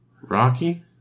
Rocky